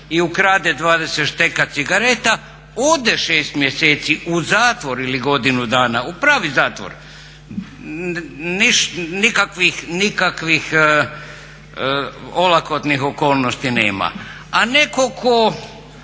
i ukrade 20 šteka cigareta ode 6 mjeseci u zatvor ili godinu dana u pravi zatvor, nikakvih olakotnih okolnosti nema, a neko ko